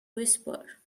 whisper